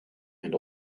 and